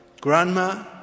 Grandma